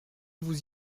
vous